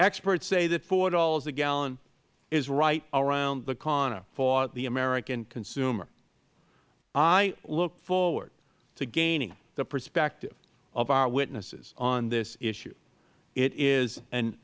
experts say that four dollars a gallon is right around the corner for the american consumer i look forward to gaining the perspective of our witnesses on this issue it